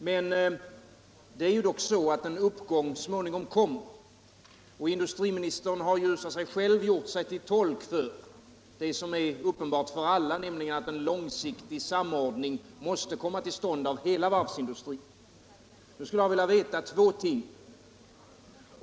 Men en uppgång kommer ju så småningom, och industriministern har själv gjort sig till tolk för det som är uppenbart för alla, nämligen att en långsiktig samordning av hela varvsindustrin måste komma till stånd. Jag vill därför veta två ting.